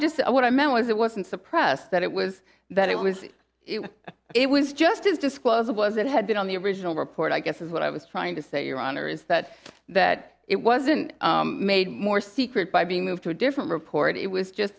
said what i meant was it wasn't suppressed that it was that it was it it was just his disclose it was that had been on the original report i guess is what i was trying to say your honor is that that it wasn't made more secret by being moved to a different report it was just